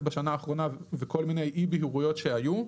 בשנה האחרונה וכל מיני אי בהירויות שהיו.